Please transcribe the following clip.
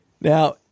Now